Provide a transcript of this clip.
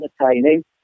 entertaining